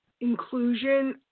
inclusion